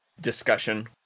discussion